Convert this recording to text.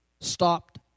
stopped